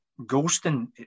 ghosting